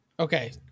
Okay